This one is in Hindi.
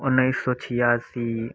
उन्नीस सौ छियासी